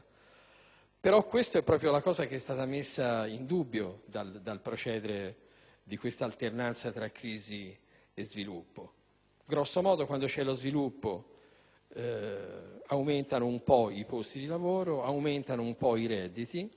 Però questa è proprio la circostanza messa in dubbio dal procedere di questa alternanza tra crisi e sviluppo. Grosso modo, quando c'è lo sviluppo aumentano un po' i posti di lavoro e aumentano un po' i redditi,